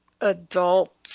adult